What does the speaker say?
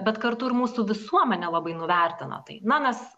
bet kartu ir mūsų visuomenė labai nuvertina tai na nes